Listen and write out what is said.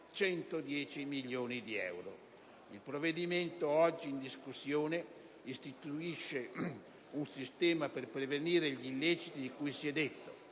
110 milioni di euro. Il provvedimento oggi in discussione istituisce un sistema per prevenire gli illeciti di cui si è detto.